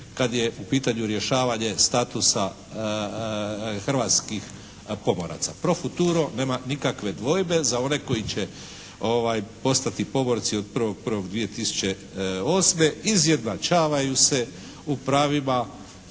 kad je u pitanju rješavanje statusa hrvatskih pomoraca. Pro futuro nema nikakve dvojbe za one koji će postati pomorci od 1.1.2008. izjednačavaju se u pravima